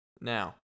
Now